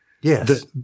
Yes